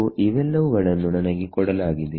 ಸೋಇವೆಲ್ಲವುಗಳನ್ನು ನನಗೆ ಕೊಡಲಾಗಿದೆ